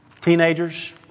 teenagers